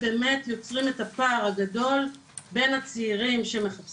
איזה דיון מתקיים בלי צעירים?